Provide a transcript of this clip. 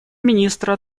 министра